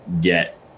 get